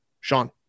Sean